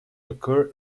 occur